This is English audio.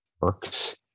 works